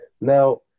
Now